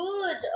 good